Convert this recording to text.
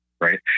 right